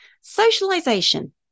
Socialization